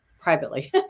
privately